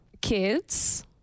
kids